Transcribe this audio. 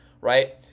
right